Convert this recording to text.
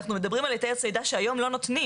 אנחנו מדברים על היתרי צידה שהיום לא נותנים.